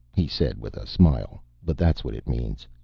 he said with a smile, but that's what it means.